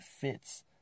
fits